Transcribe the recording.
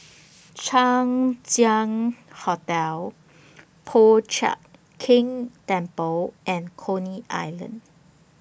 Chang Ziang Hotel Po Chiak Keng Temple and Coney Island